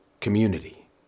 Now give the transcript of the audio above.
community